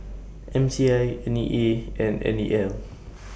M T I N E A and N E L